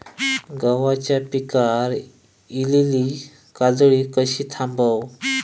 गव्हाच्या पिकार इलीली काजळी कशी थांबव?